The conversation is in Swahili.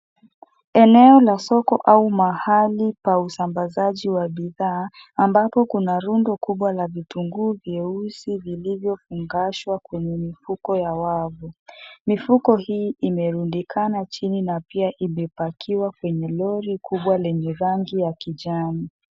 Eneo la soko au mahali pa usambazaji wa bidhaa ambapo kuna rundo kubwa la vitunguu vyeusi vilivyofungashwa kwenye mifuko ya wavu mifuko hii imerundikana chini na pia imepakiwa kwenye lori kubwa lenye rangi ya kijani.